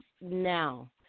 now